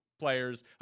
players